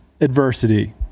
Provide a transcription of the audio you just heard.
adversity